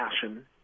passion